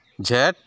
ᱡᱷᱮᱸᱴ